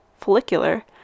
follicular